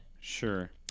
sure